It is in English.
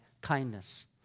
kindness